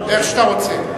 איך שאתה רוצה.